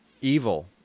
evil